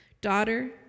daughter